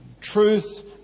truth